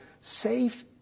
safe